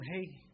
Hey